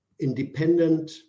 independent